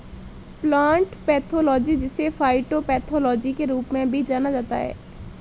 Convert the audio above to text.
plant pathology जिसे phytopathology के रूप में भी जाना जाता है